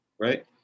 right